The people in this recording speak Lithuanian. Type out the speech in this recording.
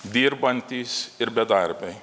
dirbantys ir bedarbiai